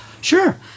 Sure